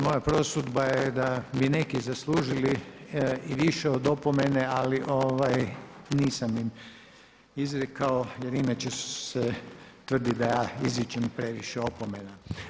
Moja prosudba je da bi neki zaslužili i više od opomene, ali nisam im izrekao jer inače se tvrdi da izričem previše opomena.